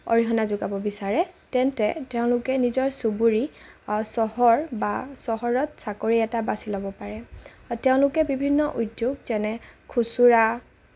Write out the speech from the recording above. অৰিহণা যোগাব বিচাৰে তেন্তে তেওঁলোকে নিজৰ চুবুৰী চহৰ বা চহৰত চাকৰি এটা বাচি ল'ব পাৰে বা তেওঁলোকে বিভিন্ন উদ্যোগ যেনে খুচুৰা